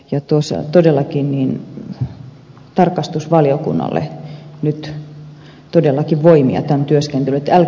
tarkastusvaliokunnalle nyt todellakin voimia tähän työskentelyyn